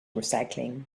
recycling